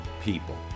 people